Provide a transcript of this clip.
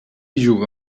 juga